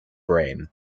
brain